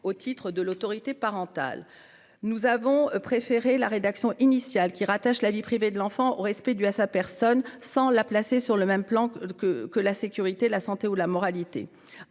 au titre de l'autorité parentale. Nous en avons préféré la rédaction initiale qui rattache la vie privée de l'enfant au « respect dû à sa personne », sans la placer sur le même plan que la sécurité, la santé et la moralité.